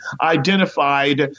identified